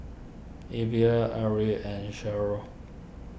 Alvy Aria and